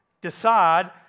Decide